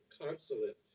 consulate